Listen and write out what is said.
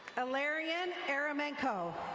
alarian aramenco.